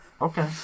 Okay